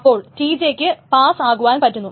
അപ്പോൾ Tj ക്ക് pass ആകുവാൻ പറ്റുന്നു